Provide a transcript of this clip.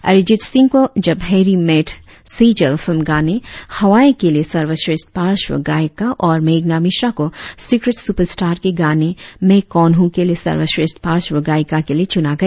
अरिजीत सिंह को Jab Harry met Sejal फिल्म गाने हवाएं के लिए सर्वश्रेष्ठ पार्शव गायक का और मेघना मिश्रा को सिक्रेट सुपर स्टाँर के गाने मैं कौन हूँ के लिए सर्वश्रेष्ठ पार्शव गायिका के लिए चुना गया